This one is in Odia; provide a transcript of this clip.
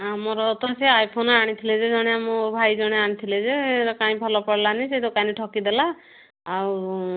ଆମର ତ ସେ ଆଇଫୋନ୍ ଆଣିଥିଲେ ଯେ ଜଣେ ମୋ ଭାଇ ଜଣେ ଆଣିଥିଲେ ଯେ ସେଇଟା କାଇଁ ଭଲ ପଡ଼ିଲାନି ସେ ଦୋକାନୀ ଠକି ଦେଲା ଆଉ